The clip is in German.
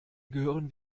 gehören